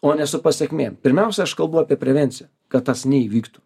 o ne su pasekmėm pirmiausia aš kalbu apie prevenciją kad tas neįvyktų